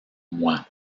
moi